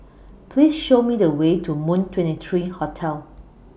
Please Show Me The Way to Moon twenty three Hotel